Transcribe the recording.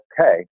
okay